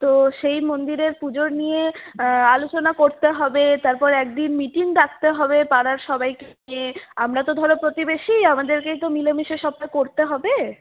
তো সেই মন্দিরের পুজো নিয়ে আলোচনা করতে হবে তারপর একদিন মিটিং ডাকতে হবে পাড়ার সবাইকে নিয়ে আমরা তো ধরো প্রতিবেশী আমাদেরকেই তো মিলেমিশে সবটা করতে হবে